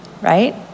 right